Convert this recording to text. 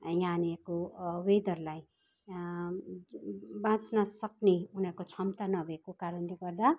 यहाँनिरको वेदरलाई बाँच्न सक्ने उनीहरूको क्षमता नभएको कारणले गर्दा